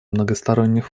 многосторонних